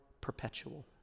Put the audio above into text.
perpetual